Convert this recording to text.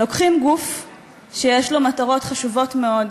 לוקחים גוף שיש לו מטרות חשובות מאוד,